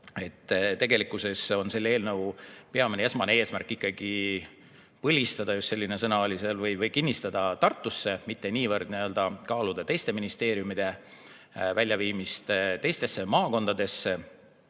et tegelikkuses on selle eelnõu peamine ja esmane eesmärk ikkagi põlistada – just selline sõna oli seal – või kinnistada [see ministeerium] Tartusse, mitte niivõrd kaaluda teiste ministeeriumide väljaviimist teistesse maakondadesse.